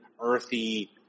Earthy